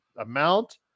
amount